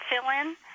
fill-in